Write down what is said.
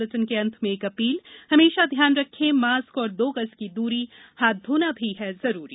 bulletin के अंत में एक अधीलहमेशा ध्यान रखें मास्क और दो गज की दूरी हाथ धोना भी है जरुरी